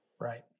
right